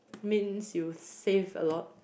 means you save a lot